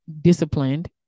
disciplined